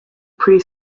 pre